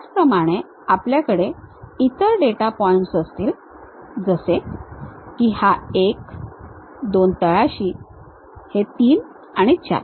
त्याचप्रमाणे आपल्याकडे इतर डेटा पॉइंट्स असतील जसे की हा एक दोन तळाशी हे तीन आणि चार